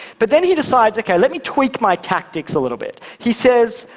but then he decides, like yeah let me tweak my tactics a little bit. he says,